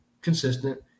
consistent